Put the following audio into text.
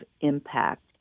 impact